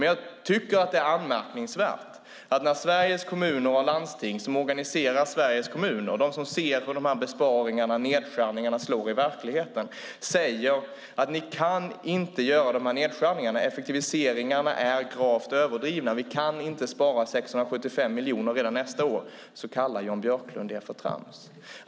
Jag tycker dock att det är anmärkningsvärt att när Sveriges Kommuner och Landsting, som organiserar Sveriges kommuner och ser hur dessa besparingar och nedskärningar slår i verkligheten, säger att ni inte kan göra dessa nedskärningar, att effektiviseringarna är gravt överdrivna och att vi inte kan spara 675 miljoner redan nästa år, då kallar Jan Björklund det trams.